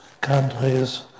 countries